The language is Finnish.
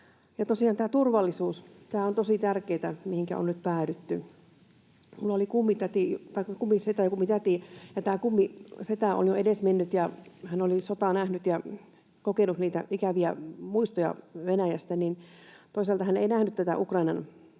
tämä turvallisuus on tosi tärkeätä, mihinkä on nyt päädytty. Minulla oli kummisetä ja kummitäti, ja tämä kummisetä on jo edesmennyt, ja hän oli sotaa nähnyt ja kokenut ikäviä muistoja Venäjästä. Toisaalta hän ei nähnyt tätä Ukrainan